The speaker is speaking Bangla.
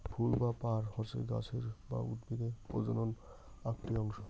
ফুল বা পার হসে গাছের বা উদ্ভিদের প্রজনন আকটি অংশ